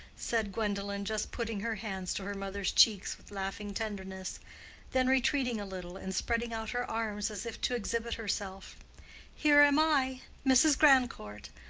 said gwendolen just putting her hands to her mother's cheeks with laughing tenderness then retreating a little and spreading out her arms as if to exhibit herself here am i mrs. grandcourt!